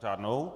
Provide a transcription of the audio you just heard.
Řádnou.